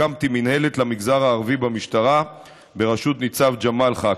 הקמתי מינהלת למגזר הערבי במשטרה בראשות ניצב בראשות ניצב ג'מאל חכרוש.